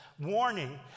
Warning